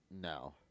No